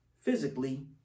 physically